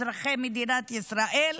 אזרחי מדינת ישראל,